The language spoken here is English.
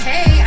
Hey